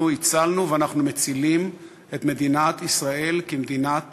אנחנו הצלנו ואנחנו מצילים את מדינת ישראל כמדינת